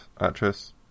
actress